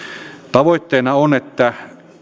tavoitteena on että